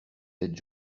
tête